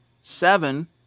Seven